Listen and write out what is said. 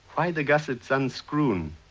why the gussets unscrewn?